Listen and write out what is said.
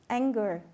anger